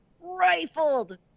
rifled